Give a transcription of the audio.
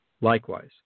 Likewise